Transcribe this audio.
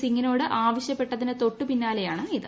സിങ്ങിനോട് ആവശ്യപ്പെട്ടതിന് തൊട്ടുപിന്നാലെയാണ് ഇത്